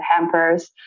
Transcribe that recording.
hampers